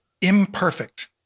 imperfect